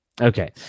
Okay